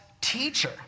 teacher